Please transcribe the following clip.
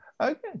okay